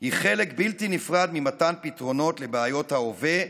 היא חלק בלתי נפרד ממתן פתרונות לבעיות ההווה,